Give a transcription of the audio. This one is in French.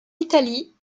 italie